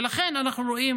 ולכן, אנחנו רואים